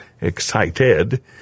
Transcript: excited